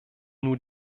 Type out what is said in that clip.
nur